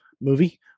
movie